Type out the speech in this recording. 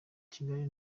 kigali